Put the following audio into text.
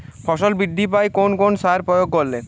ফসল বৃদ্ধি পায় কোন কোন সার প্রয়োগ করলে?